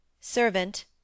Servant